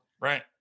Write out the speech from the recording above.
Right